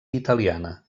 italiana